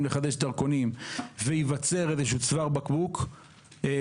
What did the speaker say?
לחדש דרכונים וייווצר איזשהו צוואר בקבוק בעתיד,